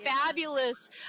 fabulous